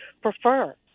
prefer